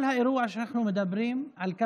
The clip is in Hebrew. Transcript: כל האירוע שאנחנו מדברים עליו,